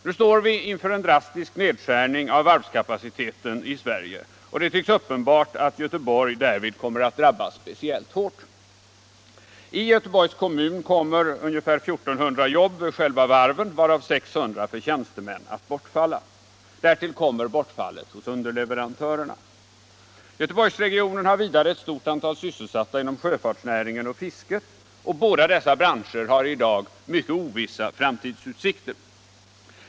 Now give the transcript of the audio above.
Nu står vi inför en drastisk nedskärning av varvskapaciteten i Sverige, och det tycks vara uppenbart att Göteborg därvid kommer att drabbas speciellt hårt. I Göteborgs kommun kommer ungefär 1 400 jobb vid själva varven, varav 600 för tjänstemän, att bortfalla. Därtill kommer bortfallet hos underleverantörerna. Göteborgsregionen har vidare ett stort antal sysselsatta inom sjöfartsnäringen och fisket. Båda dessa branscher har i dag mycket ovissa framtidsutsikter.